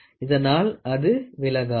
அதனால் அது விலகாது